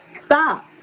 Stop